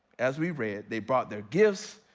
as we read, they brought their gifts,